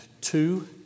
Two